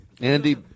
Andy